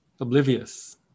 Oblivious